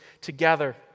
together